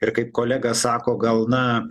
ir kaip kolega sako gal na